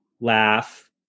laugh